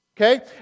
Okay